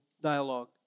dialogue